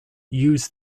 use